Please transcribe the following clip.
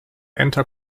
enter